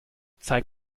zeig